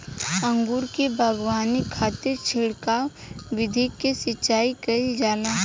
अंगूर के बगावानी खातिर छिड़काव विधि से सिंचाई कईल जाला